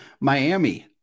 Miami